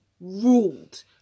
ruled